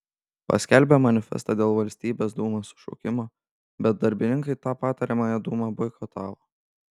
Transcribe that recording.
paskelbė manifestą dėl valstybės dūmos sušaukimo bet darbininkai tą patariamąją dūmą boikotavo